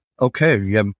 Okay